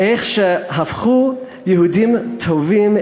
איך שהפכו יהודים טובים,